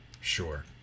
Sure